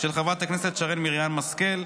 של חברת הכנסת שרן מרים השכל,